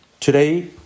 Today